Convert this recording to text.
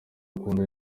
akunda